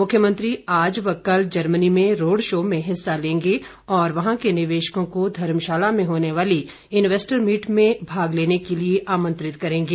मुख्यमंत्री आज व कल जर्मनी में रोड शो में हिस्सा लेंगे और वहां के निवेशकों को धर्मशाला में होने वाली इन्वैस्टर मीट में भाग लेने के लिए आमंत्रित करेंगे